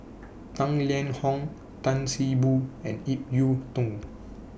Tang Liang Hong Tan See Boo and Ip Yiu Tung